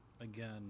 again